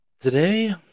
Today